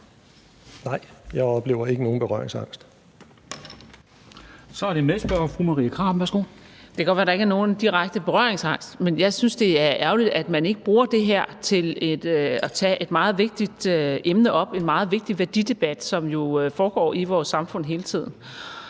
det medspørgeren, fru Marie Krarup. Værsgo. Kl. 14:00 Marie Krarup (DF): Det kan godt være, at der ikke er nogen direkte berøringsangst, men jeg synes, det er ærgerligt, at man ikke bruger det her til at tage et meget vigtigt emne op, for det er en meget vigtig værdidebat, som jo foregår i vores samfund hele tiden.